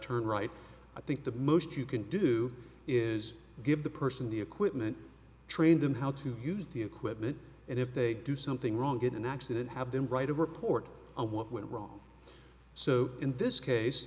turn right i think the most you can do is give the person the equipment train them how to use the equipment and if they do something wrong get an accident have them write a report of what went wrong so in this case